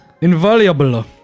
Invaluable